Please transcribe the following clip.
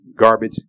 garbage